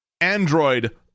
Android